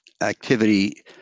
activity